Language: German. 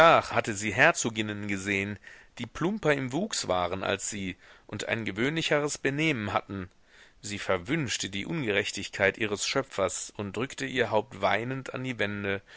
hatte sie herzoginnen gesehen die plumper im wuchs waren als sie und ein gewöhnlicheres benehmen hatten sie verwünschte die ungerechtigkeit ihres schöpfers und drückte ihr haupt weinend an die wände